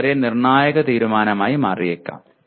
ഇത് വളരെ നിർണായക തീരുമാനമായി മാറിയേക്കാം